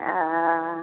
ओ